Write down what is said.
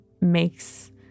makes